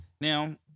Now